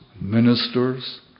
ministers